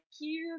cute